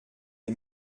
les